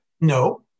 No